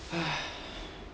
!hais!